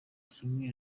samuel